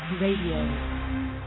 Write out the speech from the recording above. Radio